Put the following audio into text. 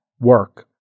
work